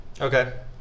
Okay